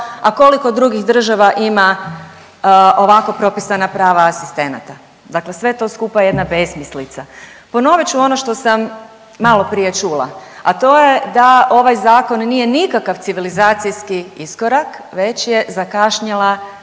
a koliko drugih država ima ovako propisana prava asistenata, dakle sve to skupa je jedna besmislica. Ponovit ću ono što sam maloprije čula, a to je da ovaj zakon nije nikakav civilizacijski iskorak već je zakašnjela